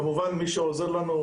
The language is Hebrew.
כמובן מי שעוזר לנו,